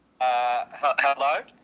Hello